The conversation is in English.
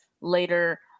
later